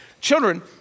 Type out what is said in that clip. Children